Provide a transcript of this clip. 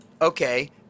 okay